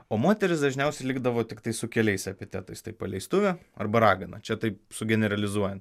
o moterys dažniausiai likdavo tiktai su keliais epitetais tai paleistuvė arba ragana čia taip sugeneralizuojant